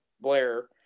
Blair